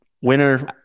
winner